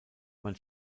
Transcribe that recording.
man